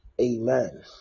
amen